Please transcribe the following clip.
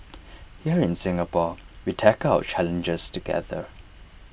here in Singapore we tackle our challenges together